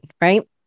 right